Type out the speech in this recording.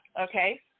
okay